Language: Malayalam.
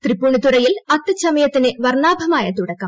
തൃപ്പുണിത്തുറയിൽ അത്തച്ചമയത്തിന് വർണ്ണാഭമായ തുടക്കം